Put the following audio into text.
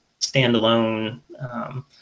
standalone